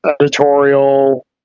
editorial